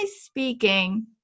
speaking